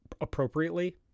appropriately